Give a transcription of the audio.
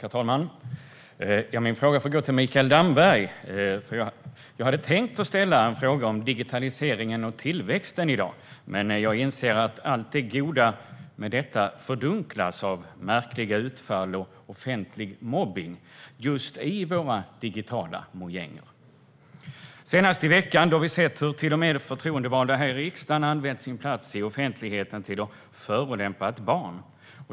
Herr talman! Min fråga går till Mikael Damberg. Jag hade tänkt att ställa en fråga om digitaliseringen och tillväxten i dag, men jag inser att allt det goda med detta fördunklas av märkliga utfall och offentlig mobbning just i våra digitala mojänger. Senast i veckan har vi sett hur till och med förtroendevalda här i riksdagen använt sin plats i offentligheten till att förolämpa ett barn.